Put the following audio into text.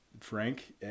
Frank